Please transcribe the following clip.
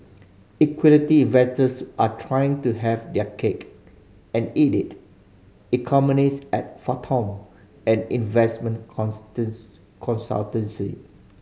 equity investors are trying to have their cake and eat it economists at Fathom an investment consultancy